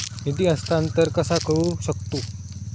निधी हस्तांतर कसा करू शकतू?